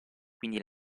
quindi